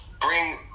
bring